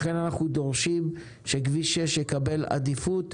לכן אנחנו דורשים שכביש 6 יקבל עדיפות,